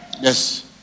Yes